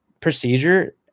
procedure